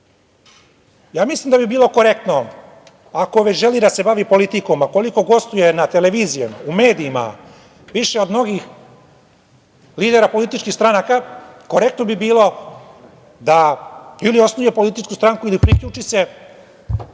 Mislim da bi bilo korektno, ako već želi da se bavi politikom, a koliko gostuje na televizijama, u medijima, više od mnogih lidera političkih stranaka, korektno bi bilo da ili osnuje političku stranku ili priključi se